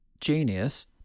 Genius